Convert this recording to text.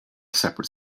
separate